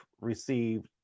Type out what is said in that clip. received